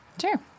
Sure